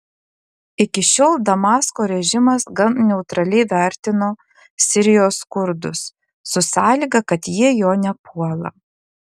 iki šiol damasko režimas gan neutraliai vertino sirijos kurdus su sąlyga kad jie jo nepuola